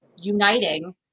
Uniting